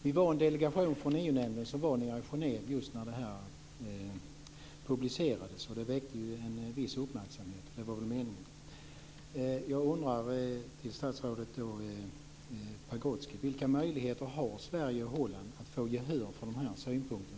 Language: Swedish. Vi var en delegation från EU-nämnden som var i Genève just när artikeln publicerades, och den väckte en viss uppmärksamhet, vilket väl var meningen.